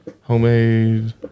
homemade